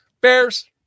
Bears